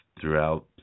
throughout